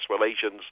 Relations